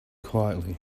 quietly